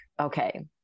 okay